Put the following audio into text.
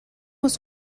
was